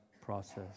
process